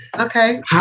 Okay